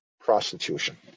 prostitution